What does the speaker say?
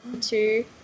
two